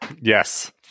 Yes